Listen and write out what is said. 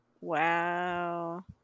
wow